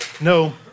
No